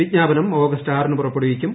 വിജ്ഞാപനം ആഗ്ന്റ്റ് ആറിന് പുറപ്പെടുവിക്കും